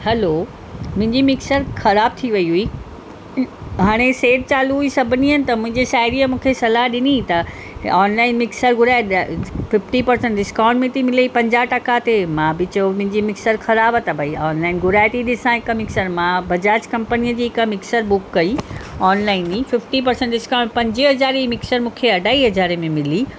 हलो मुंहिंजी मिक्सर ख़राब थी वयी हुयी हाणे सेल चालू हुयी त सभिनीनि हंधि त मुंहिंजी साहेड़ीअ मूंखे सलाहु ॾिञी त ऑनलाइन मिक्सर घुराए त फिफ्टी परसेंट डिस्काउंट में थी मिले पंजाह टका ते मां बि चयो मुंहिंजी मिक्सर ख़राबु आहे त भई ऑनलाइन घुराए थी ॾिसां हिक मिक्सर मां बजाज कम्पनीअ जी हिकु मिक्सर बुक कयी ऑनलाइन ई फिफ्टी परसेंट डिस्काउंट पंजे हज़ारे जी मिक्सर मूंखे अढाई हज़ारे में मिली